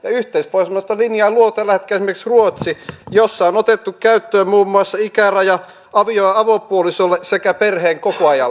ja yhteispohjoismaista linjaa luo tällä hetkellä esimerkiksi ruotsi missä on otettu käyttöön muun muassa ikäraja avio ja avopuolisolle sekä perheenkokoajalle